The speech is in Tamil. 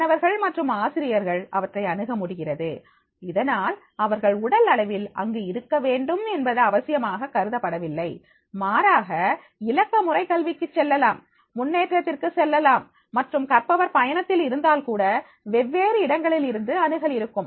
மாணவர்கள் மற்றும் ஆசிரியர்கள் இவற்றை அணுக முடிகிறது இதனால் அவர்கள் உடல் அளவில் அங்கு இருக்க வேண்டும் என்பது அவசியமாக கருதப்படவில்லை மாறாக இலக்கமுறை கல்விக்கு செல்லலாம் முன்னேற்றத்திற்கு செல்லலாம் மற்றும் கற்பவர் பயணத்தில் இருந்தால் கூட வெவ்வேறு இடங்களிலிருந்து அணுகல் இருக்கும்